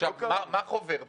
עכשיו, מה חובר פה?